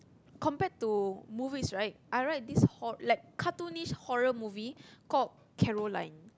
compared to movies right I like this hor~ horror like cartoonist horror movie called Caroline